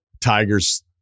Tigers